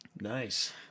Nice